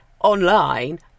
online